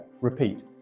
repeat